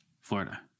Florida